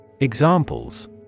Examples